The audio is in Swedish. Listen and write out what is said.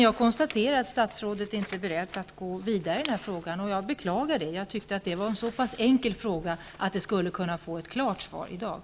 Jag konstaterar att statsrådet inte är beredd att gå vidare i den här frågan, och jag beklagar det. Jag tyckte att det var en så pass enkel fråga att jag skulle kunna få ett klart svar i dag.